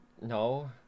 No